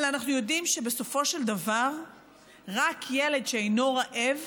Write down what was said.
אבל אנחנו יודעים שבסופו של דבר רק ילד שאינו רעב